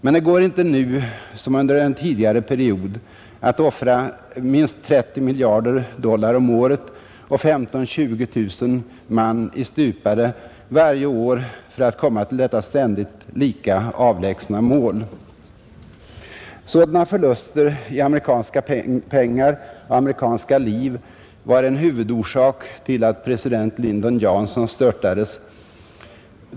Men det går inte nu som under en tidigare period att offra minst 30 miljarder dollar om året och 15 000-20 000 man i stupade varje år för att söka komma till detta ständigt lika avlägsna mål. Sådana förluster i amerikanska pengar och amerikanska liv var en huvudorsak till att president Lyndon Johnson störtades.